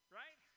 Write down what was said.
right